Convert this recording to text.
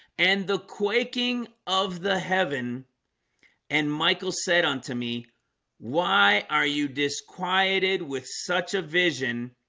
and the quaking of the heaven and michael said unto me why are you disquieted with such a vision?